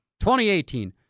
2018